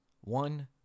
one